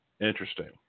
interesting